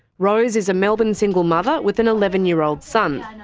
rose is a melbourne single mother with an eleven year old son.